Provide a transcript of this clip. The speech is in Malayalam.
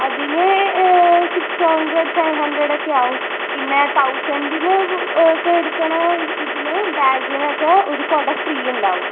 അതിന് സിക്സ് ഹൺഡ്രഡ് സെവൻ ഹൺഡ്രഡ് ഒക്കെയാവും പിന്നെ തൗസൻഡിന് ഒക്കെ എടുക്കുന്ന ഇതിന് ബാഗിനൊക്കെ ഒരു കുട ഫ്രീ ഉണ്ടാവും